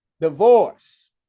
divorce